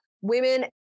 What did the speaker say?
Women